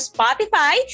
Spotify